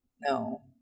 No